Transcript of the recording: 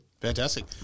Fantastic